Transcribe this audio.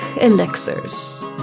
elixirs